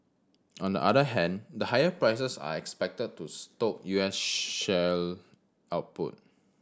on the other hand the higher prices are expected to stoke U S shale output